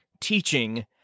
teaching